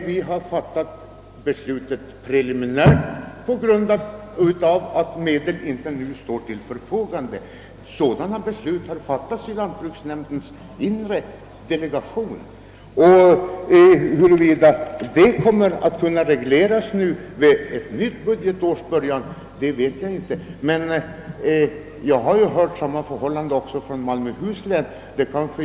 Vi har fattat beslutet preliminärt på grund av att medel nu inte står till förfogande. Huruvida detta nu skall kunna regleras vid ett nytt budgetårs början vet jag inte. Jag har hört sägas att samma förhållande kan noteras även från Malmöhus län.